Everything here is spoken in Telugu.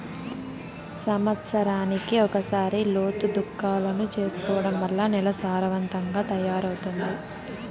సమత్సరానికి ఒకసారి లోతు దుక్కులను చేసుకోవడం వల్ల నేల సారవంతంగా తయారవుతాది